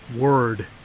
word